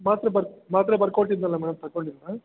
ಮಾತ್ರೆ ಬರ್ದು ಮಾತ್ರೆ ಬರ್ಕೊಟ್ಟಿದ್ದೆನಲ್ಲ ಮೇಡಮ್ ತಗೊಳಿಲ್ವಾ